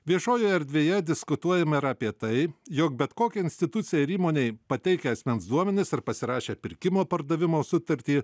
viešojoje erdvėje diskutuojama ir apie tai jog bet kokiai institucijai ar įmonei pateikę asmens duomenis ar pasirašę pirkimo pardavimo sutartį